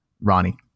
Ronnie